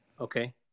Okay